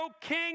king